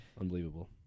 Unbelievable